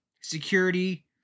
security